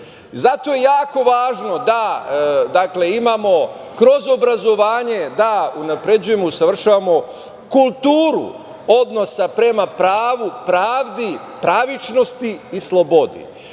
je jako važno da imamo kroz obrazovanje da unapređujemo i usavršavamo kulturu odnosa prema pravu, pravdi, pravičnosti i slobodi.